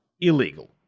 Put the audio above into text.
illegal